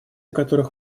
которых